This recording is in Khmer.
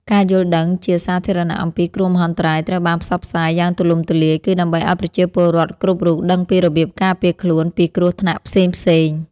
ការយល់ដឹងជាសាធារណៈអំពីគ្រោះមហន្តរាយត្រូវបានផ្សព្វផ្សាយយ៉ាងទូលំទូលាយ គឺដើម្បីឱ្យប្រជាពលរដ្ឋគ្រប់រូបដឹងពីរបៀបការពារខ្លួនពីគ្រោះថ្នាក់ផ្សេងៗ។